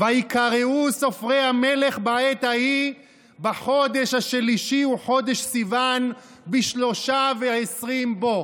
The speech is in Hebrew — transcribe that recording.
"ויקראו ספרי המלך בעת ההיא בחדש השלישי הוא חדש סיון בשלושה ועשרים בו"